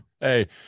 Hey